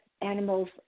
animals